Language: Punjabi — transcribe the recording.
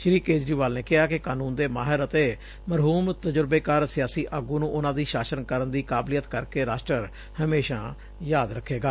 ਸ਼੍ਰੀ ਕੇਜਰੀਵਾਲ ਨੇ ਕਿਹਾ ਕਿ ਕਾਨੂੰਨ ਦੇ ਮਾਹਿਰ ਅਤੇ ਮਰਹੁਮ ਤਜੁਰਬੇਕਾਰ ਸਿਆਸੀ ਆਗੂ ਨੂੰ ਉਨੂੰ ਦੀ ਸ਼ਾਸਨ ਕਰਨ ਦੀ ਕਾਬਲੀਅਤ ਕਰਕੇ ਰਾਸ਼ਟਰ ਹਮੇਸ਼ਾ ਯਾਦ ਰੱਖੇਗਾ